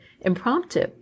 impromptu